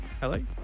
Hello